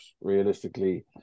realistically